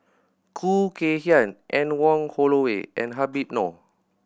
Khoo Kay Hian Anne Wong Holloway and Habib Noh